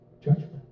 judgment